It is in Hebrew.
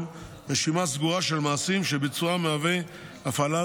רשימת סגורה של מעשים שביצועם מהווה הפעלת